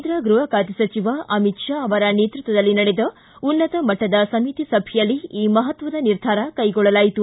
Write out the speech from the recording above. ಕೇಂದ್ರ ಗೃಹ ಖಾತೆ ಅಮಿತ್ ಶಾ ಅವರ ನೇತೃತ್ವದಲ್ಲಿ ನಡೆದ ಉನ್ನತಮಟ್ಟದ ಸಮಿತಿ ಸಭೆಯಲ್ಲಿ ಈ ಮಹತ್ವದ ನಿರ್ಧಾರ ಕೈಗೊಳ್ಳಲಾಯಿತು